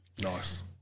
nice